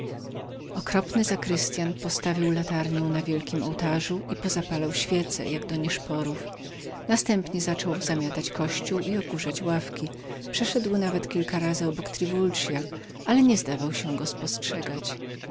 okropny zakrystyan postawił latarnię na wielkim ołtarzu i pozapalał świece jak do nieszporów następnie zaczął zamiatać kościół i okurzać ławki przeszedł nawet kilka razy obok triwulda ale nie zdawał się go spostrzegać